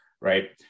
right